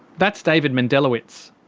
that's david mendelawitz.